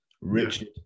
Richard